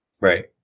Right